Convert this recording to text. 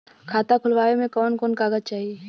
खाता खोलवावे में कवन कवन कागज चाही?